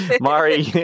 Mari